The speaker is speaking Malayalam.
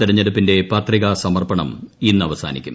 തെരഞ്ഞെടുപ്പിന്റെ പത്രികാ സമർപ്പണം ഇന്ന് അവസാനിക്കും